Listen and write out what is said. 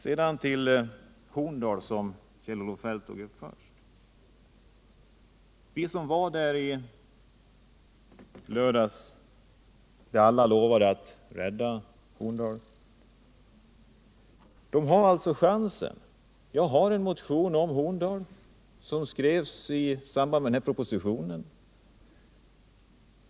Vidare några ord om Horndal, som Kjell-Olof Feldt tog upp först. De av kammarens ledamöter som var där i lördags, vid det tillfälle då alla lovade att rädda Horndal, har nu sin chans. Jag har utarbetat en motion om Horndal, som skrevs i samband med framläggandet av propositionen i detta ärende.